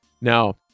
now